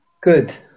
Good